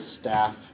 staff